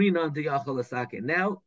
Now